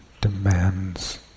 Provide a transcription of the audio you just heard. demands